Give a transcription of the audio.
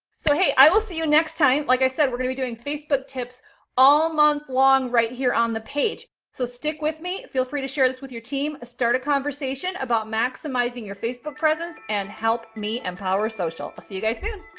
so, hey, i will see you next time. like i said, we're gonna be doing facebook tips all month long, right here on the page. so stick with me! feel free to share this with your team, start a conversation about maximizing your facebook presence, and help me empowersocial. i'll see you guys soon!